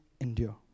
endure